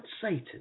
Satan